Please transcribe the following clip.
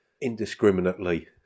indiscriminately